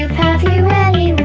have you any